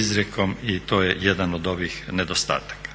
izrijekom. I to je jedan od ovih nedostataka.